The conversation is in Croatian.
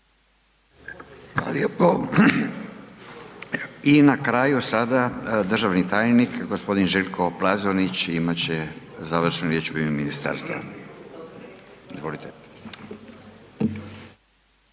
Fala lijepo. I na kraju sada državni tajnik g. Željko Plazonić imat će završnu riječ u ime ministarstva, izvolite.